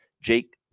Jake